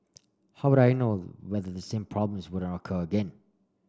how would I knows whether the same problems wouldn't occur again